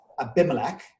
Abimelech